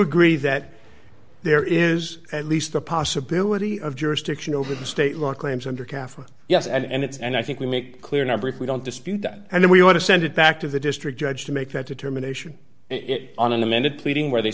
agree that there is at least the possibility of jurisdiction over the state law claims under kaffir yes and it's and i think we make clear number if we don't dispute that and then we want to send it back to the district judge to make that determination it on an amended pleading where they